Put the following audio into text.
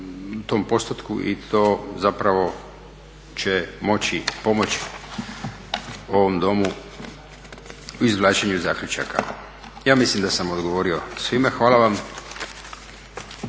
tom postotku i to zapravo će moći pomoći ovom Domu u izvlačenju zaključaka. Ja mislim da sam odgovorio svima. Hvala vam.